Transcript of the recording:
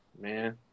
man